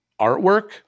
artwork